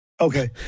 Okay